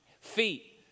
feet